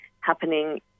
happening